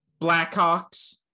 Blackhawks